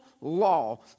law